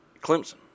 Clemson